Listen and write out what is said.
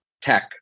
tech